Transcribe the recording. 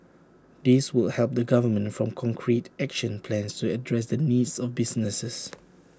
this will help the government form concrete action plans to address the needs of businesses